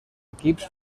equips